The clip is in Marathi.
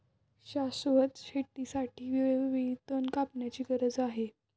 शाश्वत शेतीसाठी वेळोवेळी तण कापण्याची गरज आहे